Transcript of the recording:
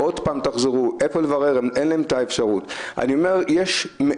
אני אומר לך יותר מזה.